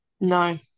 No